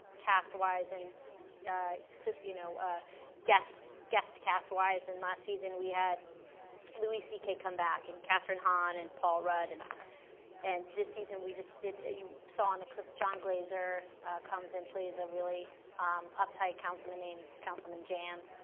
cast-wise and yeah so you know ah guest guest cast-wise and last season we had louis c. k. come back and kathryn hahn and paul rudd. and and this season, we just did, you saw on the clip, jon glaser comes and plays a really um uptight councilman named councilman jan,